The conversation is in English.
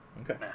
okay